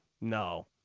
no